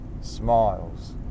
smiles